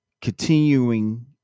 continuing